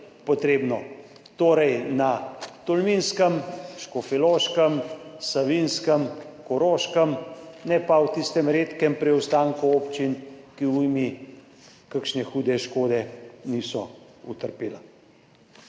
torej na Tolminskem, Škofjeloškem, Savinjskem, Koroškem, ne pa v tistem redkem preostanku občin, ki v ujmi kakšne hude škode niso utrpele.